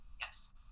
Yes